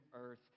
earth